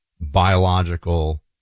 biological